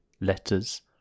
letters